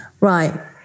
Right